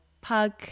pug